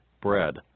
bread